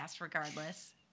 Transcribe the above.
regardless